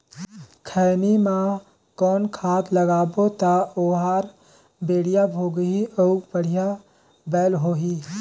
खैनी मा कौन खाद लगाबो ता ओहार बेडिया भोगही अउ बढ़िया बैल होही?